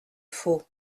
faux